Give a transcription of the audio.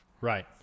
right